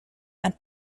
and